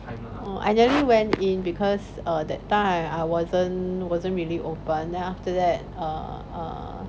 oh I nearly went in because that time I wasn't wasn't really open then after that err err